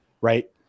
right